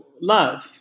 love